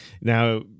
now